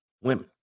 women